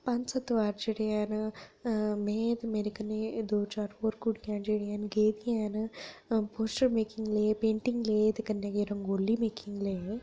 पंज ऐतवार जेह्ड़े हैन में ते मेरे कन्ने जेह्ड़ियां दो चार कुड़ियां हैन जेह्ड़ियां न गेदियां न पोस्टर मेकिंग पेंटिंग लेई कन्नै गे रंगोली मेकिंग लेई